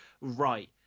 right